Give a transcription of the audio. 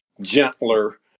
gentler